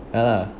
ya lah